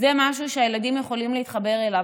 זה משהו שהילדים יכולים להתחבר אליו.